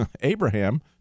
abraham